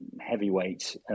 heavyweight